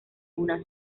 una